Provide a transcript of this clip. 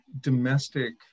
domestic